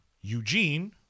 Eugene